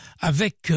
avec